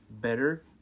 better